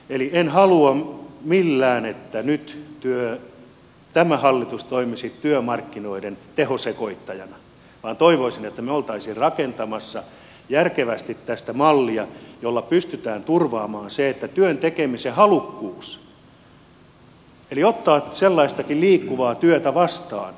eli en halua millään että nyt tämä hallitus toimisi työmarkkinoiden tehosekoittajana vaan toivoisin että me olisimme rakentamassa järkevästi tästä mallia jolla pystytään turvaamaan se työn tekemisen halukkuus eli että ottaa sellaistakin liikkuvaa työtä vastaan